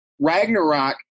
Ragnarok